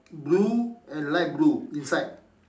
blue and light blue inside